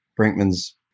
Brinkman's